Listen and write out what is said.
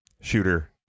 shooter